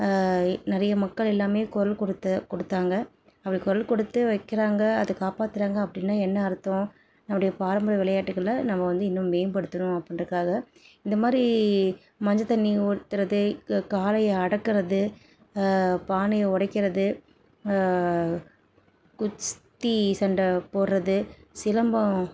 நிறைய மக்கள் எல்லாமே குரல் கொடுத்து கொடுத்தாங்க அப்படி குரல் கொடுத்து வைக்கிறாங்க அதை காப்பாத்துறாங்க அப்படின்னா என்ன அர்த்தம் நம்முடைய பாரம்பரிய விளையாட்டுக்களில் நம்ம வந்து இன்னும் மேம்படுத்தணும் அப்படின்றக்காக இந்தமாதிரி மஞ்சள்தண்ணி ஊற்றுறது க காளையை அடக்குறது பானையை உடைக்கிறது குஸ்தி சண்டை போடுறது சிலம்பம்